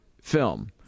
film